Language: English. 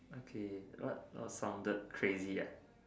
okay what what sounded crazy ah